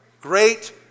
Great